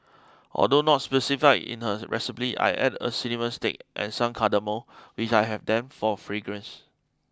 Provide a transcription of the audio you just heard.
although not specified in her recipe I add a cinnamon stick and some cardamom if I have them for fragrance